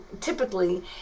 typically